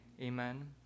Amen